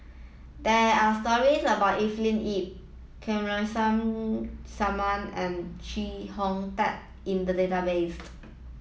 there are stories about Evelyn Lip Kamsari Salam and Chee Hong Tat in the database